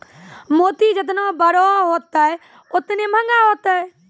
मोती जेतना बड़ो होतै, ओतने मंहगा होतै